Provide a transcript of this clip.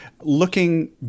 looking